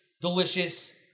delicious